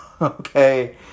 Okay